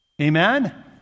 Amen